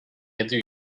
yedi